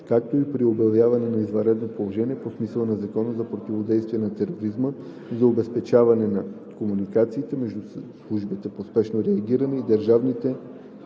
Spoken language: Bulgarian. както и при обявяване на извънредно положение по смисъла на Закона за противодействие на тероризма за обезпечаване на комуникациите между службите за спешно реагиране и държавните